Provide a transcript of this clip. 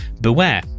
Beware